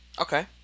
Okay